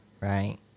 right